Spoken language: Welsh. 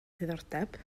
diddordeb